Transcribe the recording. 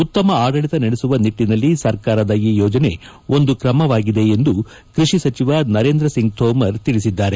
ಉತ್ತಮ ಆಡಳಿತ ನಡೆಸುವ ನಿಟ್ಟನಲ್ಲಿ ಸರ್ಕಾರದ ಈ ಯೋಜನೆ ಒಂದು ಕ್ರಮವಾಗಿದೆ ಎಂದು ಕೃಷಿ ಸಚಿವ ನರೇಂದ್ರ ಸಿಂಗ್ ತೋಮರ್ ತಿಳಿಸಿದ್ದಾರೆ